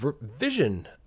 vision